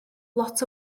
lot